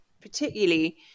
particularly